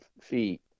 feet